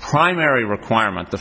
primary requirement the